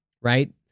Right